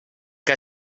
que